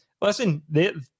Listen